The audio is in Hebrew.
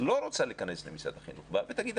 נותן להם מסגרת שלמה שדיברנו עליה בכל כך הרבה דיונים,